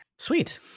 Sweet